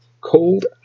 cold